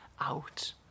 out